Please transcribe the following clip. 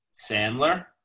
Sandler